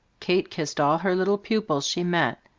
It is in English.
kate kissed all her little pupils she met,